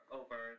over